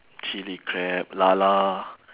chilli crab lala